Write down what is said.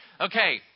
Okay